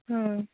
आं